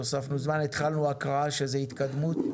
התחלנו הקראה, שזאת התקדמות.